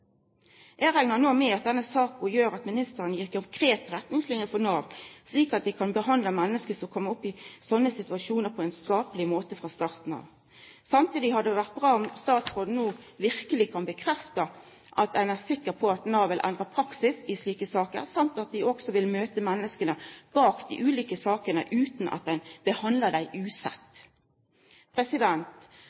Eg reknar no med at denne saka gjer at ministeren gir konkrete retningsliner for Nav, slik at dei kan behandla menneske som kjem opp i slike situasjonar, på ein skapleg måte frå starten av. Samtidig hadde det vore bra om statsråden no verkeleg kunne bekrefta at ein er sikker på at Nav vil endra praksis i slike saker, at dei også vil møta menneska bak dei ulike sakene og ikkje behandla dei